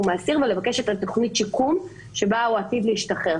האסיר ולבקש את תוכנית השיקום שבה הוא עתיד להשתחרר.